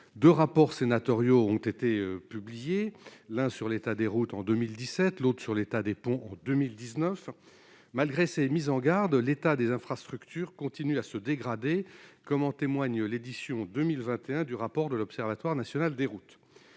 de rapports sénatoriaux ont été publiés, l'un sur l'état des routes en 2017, l'autre sur l'état des ponts en 2019 malgré ces mises en garde l'état des infrastructures continue à se dégrader, comme en témoigne l'édition 2021, du rapport de l'Observatoire national des routes